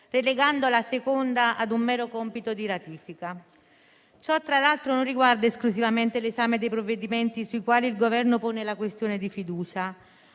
relegando la seconda a un mero compito di ratifica. E ciò, tra l'altro riguarda l'esame non esclusivamente dei provvedimenti sui quali il Governo pone la questione di fiducia